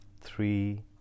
three